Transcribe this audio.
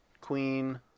Queen